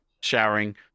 showering